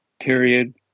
period